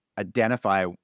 identify